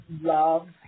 love